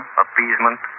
appeasement